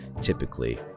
typically